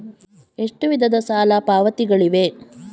ಎಷ್ಟು ವಿಧದ ಸಾಲ ಪಾವತಿಗಳಿವೆ?